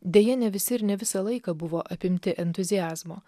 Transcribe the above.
deja ne visi ir ne visą laiką buvo apimti entuziazmo